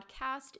podcast